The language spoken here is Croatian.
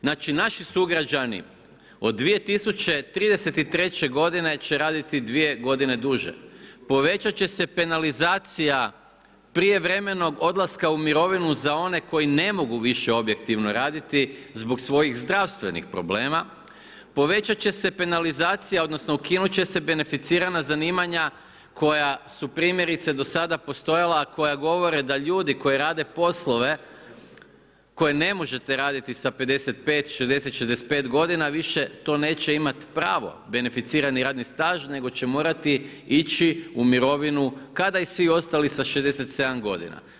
Znači naši sugrađani od 2033. će raditi 2 godine duže, povećat će se penalizacija prijevremenog odlaska u mirovinu za one koji ne mogu više objektivno raditi zbog svojih zdravstvenih problema, povećat će se penalizacija odnosno ukinut će se beneficirana zanimanja koja su primjerice do sada postojala koja govore da ljudi koji rade poslove koje ne možete raditi sa 55, 60, 65 godina više to neće imati pravo, beneficirani radni staž nego će morati ići u mirovinu kada i svi ostali sa 67 godina.